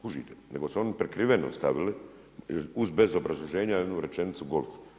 Kužite, nego su oni prekriveno stavili, uz bez obrazloženje jednu rečenicu golf.